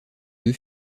deux